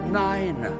nine